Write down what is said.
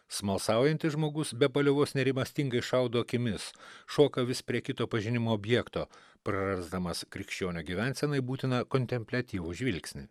smalsaujantis žmogus be paliovos nerimastingai šaudo akimis šoka vis prie kito pažinimo objekto prarasdamas krikščionio gyvensenai būtiną kontempliatyvų žvilgsnį